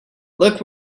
look